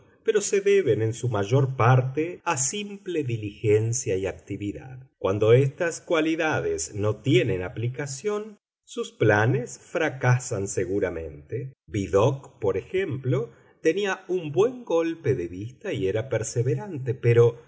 pero se deben en su mayor parte a simple diligencia y actividad cuando estas cualidades no tienen aplicación sus planes fracasan seguramente vidocq por ejemplo tenía buen golpe de vista y era perseverante pero